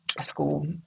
school